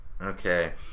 okay